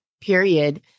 period